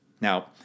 Now